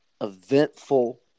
eventful